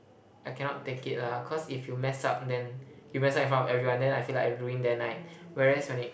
I cannot take it lah cause if you mess up then you mess up in front of everyone then I feel like I ruin their night whereas when it